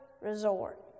resort